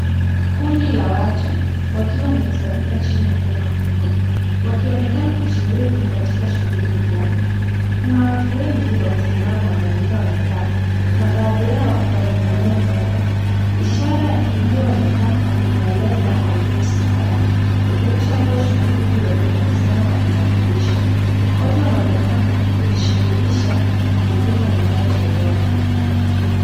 Kundi la watu wakiwa wamekusanyika chini ya hema kubwa wakionekana kushiriki katika shughuli fulani. Kuna watu wengi wamesimama na wengine wamekaa na baadhi yao wameinamia meza. Ishara iliyoonekana inaeleza Identity Cards ikionyesha kuwa shughuli hiyo inahusiana na vitambulisho. Watu wanaonekana kujishughulisha na huduma inayotolewa.